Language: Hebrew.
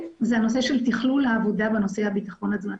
זה הנושא של תכלול העבודה בנושא הביטחון התזונתי.